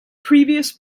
previous